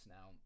Now